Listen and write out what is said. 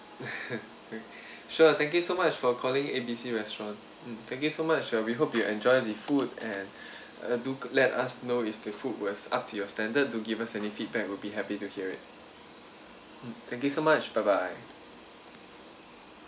sure thank you so much for calling A B C restaurant mm thank you so much uh we hope you enjoy the food and uh do let us know if the food was up to your standard do give us any feedback we'll be happy to hear it mm thank you so much bye bye